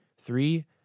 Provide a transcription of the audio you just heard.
Three